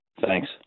Thanks